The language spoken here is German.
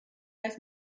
ist